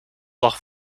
lag